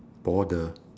border